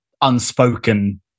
unspoken